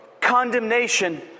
condemnation